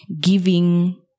giving